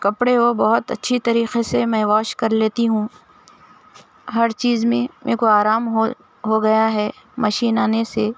کپڑے وہ بہت اچّھی طریقے سے میں واش کر لیتی ہوں ہر چیز میں میرے کو آرام ہو ہو گیا ہے مشین آنے سے